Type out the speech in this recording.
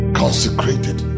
consecrated